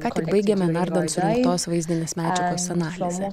ką tik baigėme nardant dainos vaizdinės medžiagos analizę